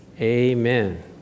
amen